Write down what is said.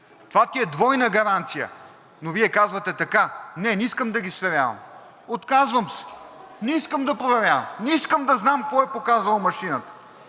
това ти е двойна гаранция, но Вие казвате така: не, не искам да ги сверявам, отказвам се. Не искам да проверявам, не искам да знам какво е показала машината.